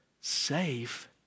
safe